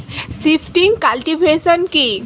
Shifting cultivation কি?